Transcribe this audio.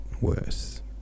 worse